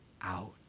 out